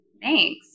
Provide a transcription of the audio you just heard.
Thanks